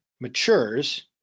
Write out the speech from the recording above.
matures